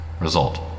Result